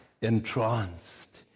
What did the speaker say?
entranced